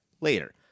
later